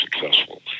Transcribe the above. successful